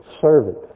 servant